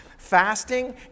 fasting